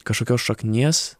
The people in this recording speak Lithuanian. kažkokios šaknies